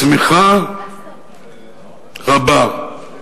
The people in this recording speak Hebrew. צמיחה רבה,